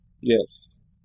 Yes